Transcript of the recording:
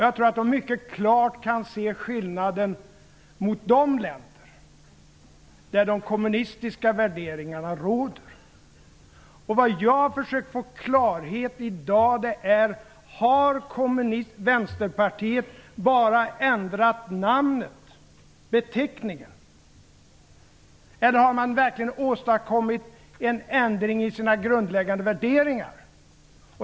Jag tror att de mycket klart kan se skillnaden mot de länder där de kommunistiska värderingarna råder. Vad jag i dag har försökt få klarhet i, är: Har Vänsterpartiet bara ändrat namnet, beteckningen? Har man verkligen åstadkommit en ändring i sina grundläggande värderingar?